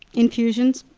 infusions.